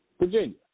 Virginia